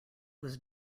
was